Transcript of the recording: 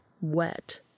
wet